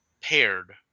paired